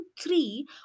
three